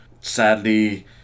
sadly